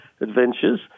adventures